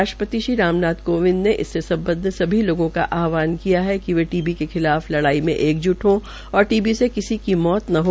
राष्ट्रपति श्री राम नाथ कोविंद ने इससे संबद्ध सभी लोगों का आहवान किया कि वे टी बी के खिलाफ लड़ाई में एकजुट हो और टीबी से किसी की मौत न हो